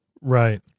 Right